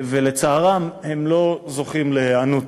ולצערם, הם לא זוכים להיענות.